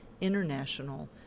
international